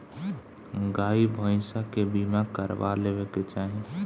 गाई भईसा के बीमा करवा लेवे के चाही